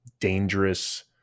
dangerous